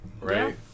right